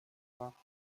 par